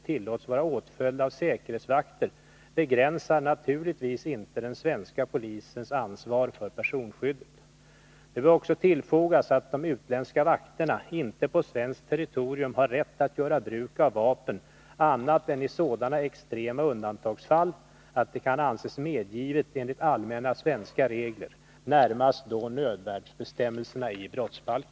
Vill statsministern redogöra för vilka ungefärliga kostnader som åsamkas Sveriges skattebetalare på grund av Yasser Arafats besök i Sverige?